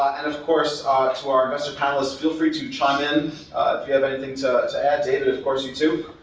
and of course to our investor panelists, feel free to chime in if you have anything to to add david, of course you too.